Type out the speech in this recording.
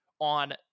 On